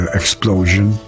explosion